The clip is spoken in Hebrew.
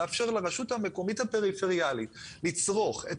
לאפשר לרשות המקומית הפריפריאלית לצרוך